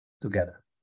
together